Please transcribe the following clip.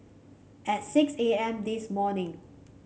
at six A M this morning